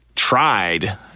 tried